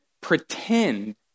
pretend